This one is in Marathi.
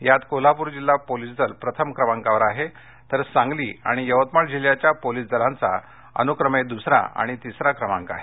यात कोल्हापूर जिल्हा पोलिस दल प्रथम क्रमांकावर आहे तर सांगली आणि यवतमाळ जिल्ह्याच्या पोलिस दलाचा अनुक्रमे द्सरा आणि तिसरा क्रमांक आला आहे